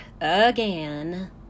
Again